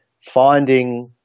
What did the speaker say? Finding